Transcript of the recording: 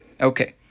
Okay